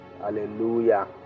Hallelujah